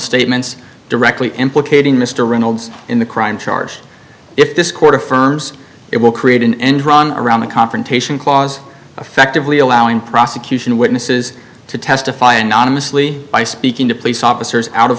statements directly implicating mr reynolds in the crime charge if this court affirms it will create an end run around the confrontation clause effectively allowing prosecution witnesses to testify anonymously by speaking to police officers out of